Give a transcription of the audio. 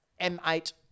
M8